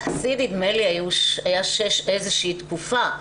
השיא נדמה לי היה שש באיזו שהיא תקופה,